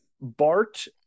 Bart